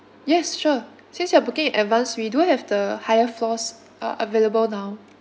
yes sure since you are booking in advance we do have the higher floors uh available now